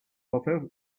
offer